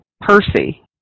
Percy